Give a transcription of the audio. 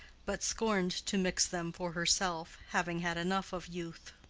but scorned to mix them for herself, having had enough of youth.